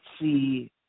see